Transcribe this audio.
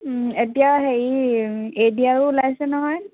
এতিয়া হেৰি এ ডি আৰো ওলাইছে নহয়